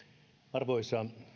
arvoisa